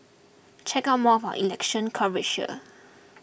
check out more of our election coverage here